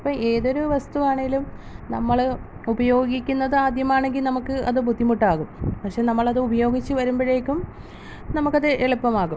ഇപ്പോൾ ഏതൊരു വസ്തുവാണെങ്കിലും നമ്മൾ ഉപയോഗിക്കുന്നത് ആദ്യമാണെങ്കിൽ നമുക്ക് അത് ബുദ്ധിമുട്ടാകും പക്ഷേ നമ്മൾ അത് ഉപയോഗിച്ച് വരുമ്പോഴേക്കും നമുക്ക് അത് എളുപ്പമാകും